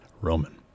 Roman